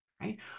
Right